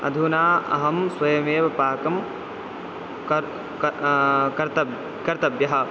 अधुना अहं स्वयमेव पाकं कर् कर् कर्तव्यं कर्तव्यम्